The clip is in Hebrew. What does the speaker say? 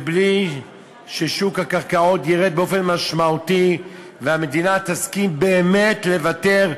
ובלי ששוק הקרקעות ירד באופן משמעותי והמדינה תסכים באמת לוותר,